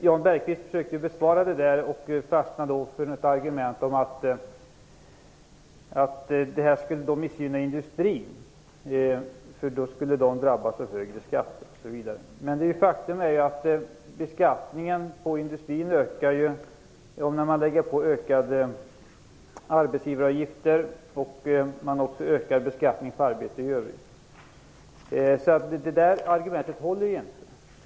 Jan Bergqvist försökte besvara den frågan och fastnade då för ett argument om att denna idé skulle missgynna industrin, för då skulle den drabbas av högre skatter. Men faktum är ju att beskattningen på industrin ökar när man lägger på ökade arbetsgivaravgifter och även ökar beskattningen på arbete i övrigt. Det argumentet håller inte.